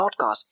podcast